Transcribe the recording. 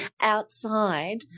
outside